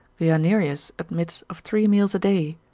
guianerius admits of three meals a day,